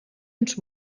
uns